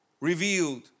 revealed